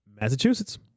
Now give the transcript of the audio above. Massachusetts